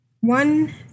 one